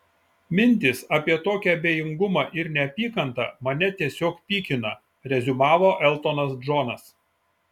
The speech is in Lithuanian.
mintys apie tokį abejingumą ir neapykantą mane tiesiog pykina reziumavo eltonas džonas